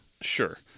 Sure